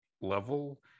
level